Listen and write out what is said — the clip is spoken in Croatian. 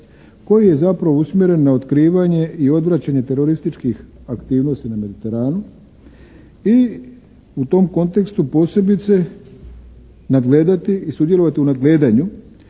koji je zapravo usmjeren na otkrivanje i odvraćanje terorističkih aktivnosti na Mediteranu i u tom kontekstu posebice nadgledati i sudjelovati u nadgledanju